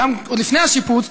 עוד לפני השיפוץ,